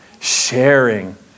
Sharing